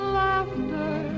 laughter